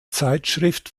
zeitschrift